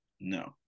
no